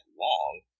long